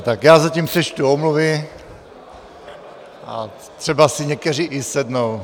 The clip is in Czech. Tak já zatím přečtu omluvy a třeba si někteří i sednou.